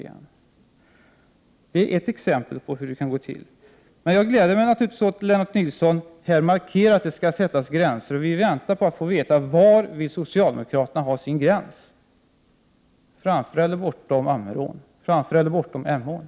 Detta är ett exempel på hur det kan gå till. Jag gläder mig emellertid åt att Lennart Nilsson nu markerar att det skall sättas gränser. Vi väntar bara på att få veta var socialdemokraterna ämnar sätta sin gräns. Framför eller bortom Ammerån? Framför eller bortom Emån?